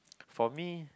for me